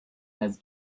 has